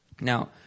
Now